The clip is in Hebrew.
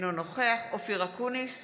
אינו נוכח אופיר אקוניס,